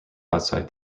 outside